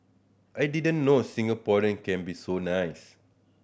I didn't know Singaporean can be so nice